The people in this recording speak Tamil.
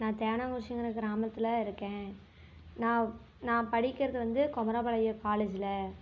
நான் தேவனாங்குறிச்சிங்கின்ற கிராமத்தில் இருக்கேன் நான் நான் படிக்கின்றது வந்து குமராபாளையம் காலேஜில்